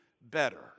better